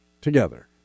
together